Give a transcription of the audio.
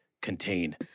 contain